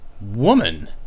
woman